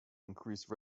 increase